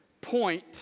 point